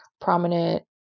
prominent